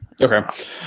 Okay